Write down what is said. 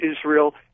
Israel